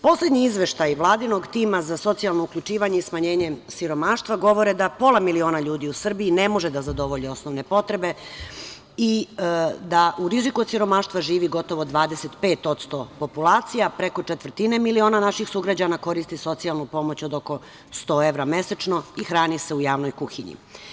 Poslednji izveštaj Vladinog tima za socijalno uključivanje i smanjenje siromaštva govore da pola miliona ljudi u Srbiji ne može da zadovolji osnovne potrebe i da u riziku od siromaštva živi gotovo 25% populacije, a preko četvrtine miliona naših sugrađana koristi socijalnu pomoć od oko 100 evra mesečno i hrani se u javnoj kuhinji.